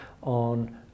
On